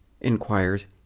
inquires